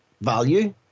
value